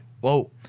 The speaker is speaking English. Whoa